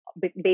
based